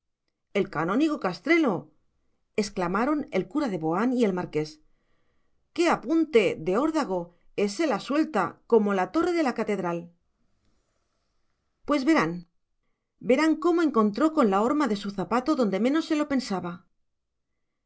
el canónigo castrelo exclamaron el cura de boán y el marqués qué apunte de órdago ése las suelta como la torre de la catedral pues verán verán cómo encontró con la horma de su zapato donde menos se lo pensaba